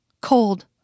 Cold